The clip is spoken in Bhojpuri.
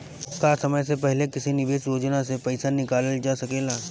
का समय से पहले किसी निवेश योजना से र्पइसा निकालल जा सकेला?